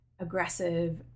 aggressive